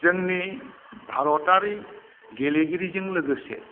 जोंनि भारतारि गेलेगिरिजों लोगोसे